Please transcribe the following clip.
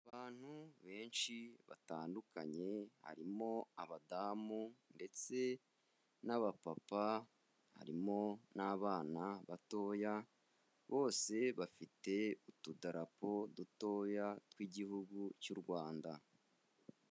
Abantu benshi batandukanye, harimo abadamu ndetse n'abapapa, harimo n'abana batoya, bose bafite utudarapo dutoya tw'igihugu cy'u Rwanda.